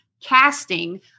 casting